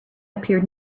appeared